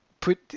put